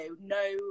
No